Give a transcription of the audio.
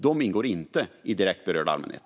De ingår inte i direkt berörd allmänhet.